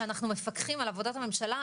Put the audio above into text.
שאנחנו מפקחים על עבודת הממשלה,